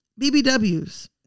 bbws